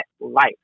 life